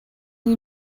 you